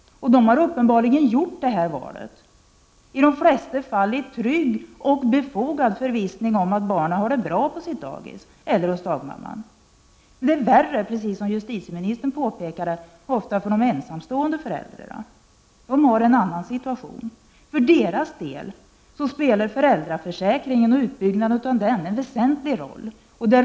Och de har uppenbarligen gjort detta val i de allra flesta fall i trygg och befogad förvissning om att barnen har det bra på sitt dagis eller hos sin dagmamma. Värre är det, som justitieministern påpekade, ofta för de ensamstående föräldrarna. De har en annan situation. För deras del spelar föräldraförsäkringen och utbyggnaden av den en väsentlig roll.